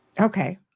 Okay